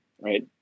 right